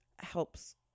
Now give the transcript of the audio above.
helps